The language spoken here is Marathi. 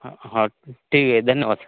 हां हां ठीक आहे धन्यवाद